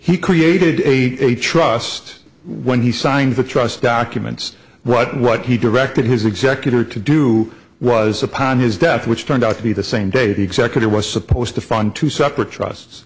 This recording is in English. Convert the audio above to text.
he created a trust when he signed the trust documents right what he directed his executor to do was upon his death which turned out to be the same day the executor was supposed to fund to separate trust